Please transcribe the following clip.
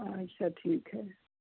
अच्छा ठीक है